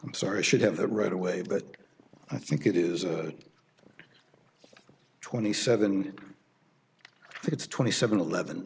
i'm sorry should have that right away but i think it is a twenty seven it's twenty seven eleven